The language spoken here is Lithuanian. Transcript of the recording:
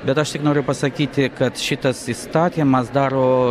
bet aš tik noriu pasakyti kad šitas įstatymas daro